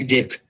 Dick